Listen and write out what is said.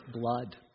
blood